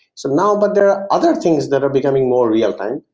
so now but there are other things that are becoming more real time.